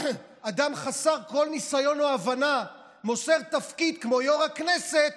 אדם חסר כל ניסיון או הבנה מוסר תפקיד כמו יו"ר הכנסת